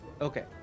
Okay